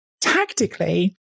tactically